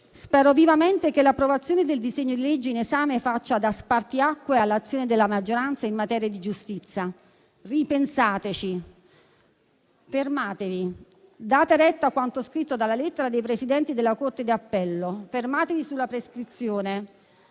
spero vivamente che l'approvazione del disegno di legge in esame faccia da spartiacque nell'azione della maggioranza in materia di giustizia. Ripensateci: fermatevi e date retta a quanto scritto nella lettera dei presidenti delle Corti d'appello. Fermatevi sulla prescrizione.